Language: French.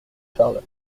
charles